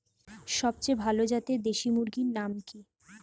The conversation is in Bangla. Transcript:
সবচেয়ে ভালো জাতের দেশি মুরগির নাম কি?